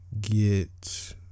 get